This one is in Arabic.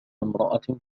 امرأة